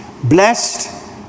Blessed